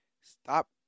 stop